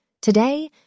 Today